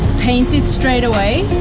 paint it straightaway,